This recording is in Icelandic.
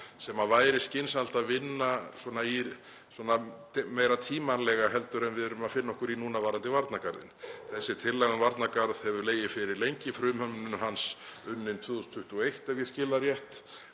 sem væri skynsamlegt að vinna svona meira tímanlega heldur en við erum að finna okkur í núna varðandi varnargarðinn. Þessi tillaga um varnargarð hefur legið fyrir lengi, frumhönnun hans unnin 2021, ef ég skil það rétt,